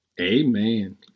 amen